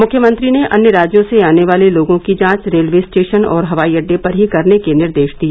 मुख्यमंत्री ने अन्य राज्यों से आने वाले लोगों की जांच रेलवे स्टेशन और हवाई अड्डे पर ही करने के निर्देश दिए